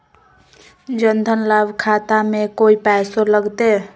जन धन लाभ खाता में कोइ पैसों लगते?